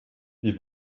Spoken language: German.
wie